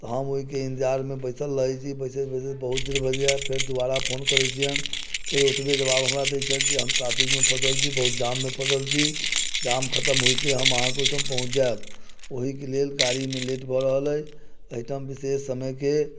तऽ हम ओहिके इन्तजारमे बैसल रहैत छी बैसैत बैसैत बहुत देर भऽ जाइए फेर दोबारा फोन करैत छियनि फेर ओतबे जवाब हमरा दैत छथि जे हम ट्रैफिकमे फँसल छी बहुत जाममे फँसल छी जाम खतम होइते हम अहाँके ओहिठाम पहुँच जायब ओहीके लेल गाड़ीमे लेट भऽ रहल अछि एहिठाम विशेष समयके